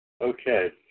Okay